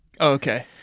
Okay